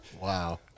Wow